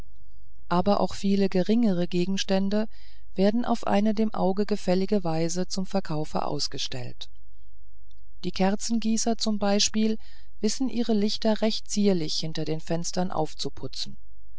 aber auch viel geringere gegenstände werden auf eine dem auge gefällige weise zum verkaufe ausgestellt die kerzengießer zum beispiel wissen ihre lichter recht zierlich hinter den fenstern aufzuputzen